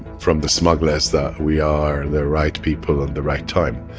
from the smugglers that we are the right people on the right time,